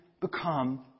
become